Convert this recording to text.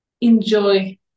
enjoy